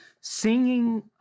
singing